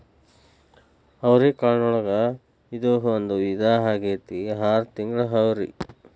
ಅವ್ರಿಕಾಳಿನೊಳಗ ಇದು ಒಂದ ವಿಧಾ ಆಗೆತ್ತಿ ಆರ ತಿಂಗಳ ಅವ್ರಿ